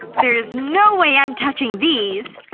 there's no way i'm touching these.